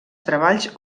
treballs